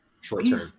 Short-term